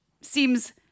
seems